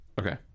Okay